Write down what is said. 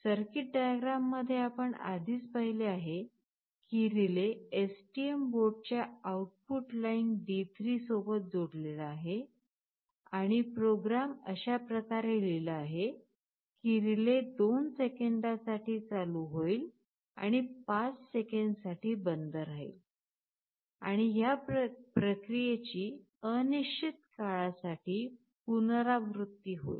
circuit डायग्राममध्ये आपण आधीच पाहिले आहे की रिले STM बोर्डच्या आउटपुट लाइन D3 सोबत जोडलेला आहे आणि प्रोग्राम अशा प्रकारे लिहिला आहे की रिले 2 सेकंदासाठी चालू होईल आणि 5 सेकंद बंद होईल आणि ह्या प्रक्रियेची अनिश्चित काळासाठी पुनरावृत्ती होईल